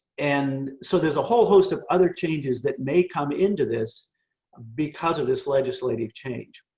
and so there's a whole host of other changes that may come into this because of this legislative change.